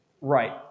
Right